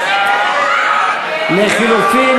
על לחלופין